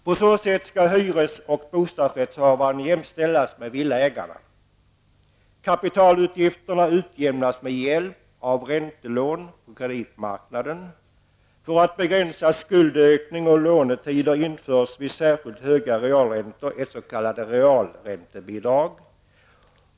På detta sätt skall hyres och bostadsrättshavarna jämställas med villaägarna. Kapitalutgifterna utjämnas med hjälp av räntelån på kreditmarknaden. För att begränsa skuldökning och minska lånetiderna införs vid särskilt höga realräntor ett s.k. realräntebidrag.